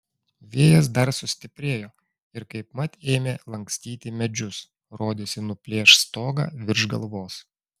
vėjas dar sustiprėjo ir kaipmat ėmė lankstyti medžius rodėsi nuplėš stogą virš galvos